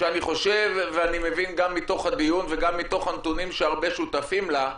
שאני חושב ואני מבין מתוך הדיון וגם מתוך הנתונים שהרבה שותפים להם,